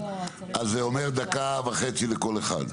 אז זה אומר דקה וחצי לכל אחד.